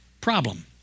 problem